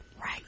Right